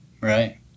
Right